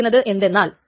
ഇതിൽ ഒന്നുകൂടി ഉണ്ട്